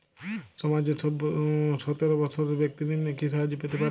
সমাজের সতেরো বৎসরের ব্যাক্তির নিম্নে কি সাহায্য পেতে পারে?